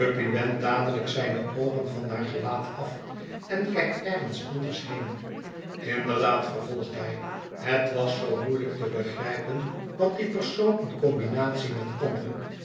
dadelijk zijne oogen van haar gelaat af en kijkt ergens anders heen inderdaad vervolgt hij het was zoo moeielijk te begrijpen wat die persoon in combinatie met anderen